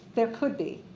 there could be.